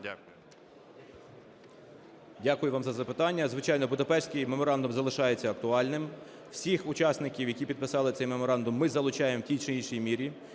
Дякую.